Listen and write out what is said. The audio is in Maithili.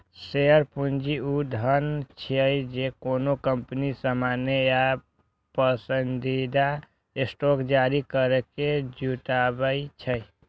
शेयर पूंजी ऊ धन छियै, जे कोनो कंपनी सामान्य या पसंदीदा स्टॉक जारी करैके जुटबै छै